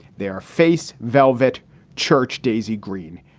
they are face velvet church, daisy green.